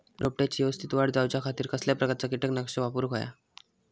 रोपट्याची यवस्तित वाढ जाऊच्या खातीर कसल्या प्रकारचा किटकनाशक वापराक होया?